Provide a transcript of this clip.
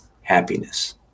happiness